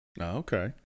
okay